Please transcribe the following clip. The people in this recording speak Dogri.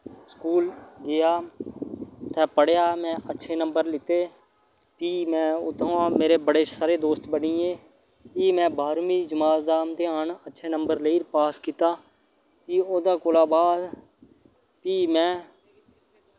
स्कूल गेआ उत्थै पढ़ेआ मैं अच्छे नम्बर लैते फ्ही मैं उत्थुआ मेरे बड़े सारे दोस्त बन्नी गे फ्ही में बाहरवी जमात दा इम्तेहान अच्छे नम्बर लेई कित्ता फ्ही ओह्दे कोला बाद फ्ही मैं